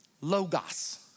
logos